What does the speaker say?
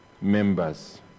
members